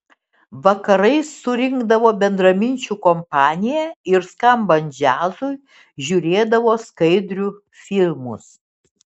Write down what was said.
vakarais surinkdavo bendraminčių kompaniją ir skambant džiazui žiūrėdavo skaidrių filmus